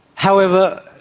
however,